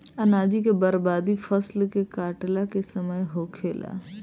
अनाज के बर्बादी फसल के काटला के समय होखेला